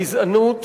הגזענות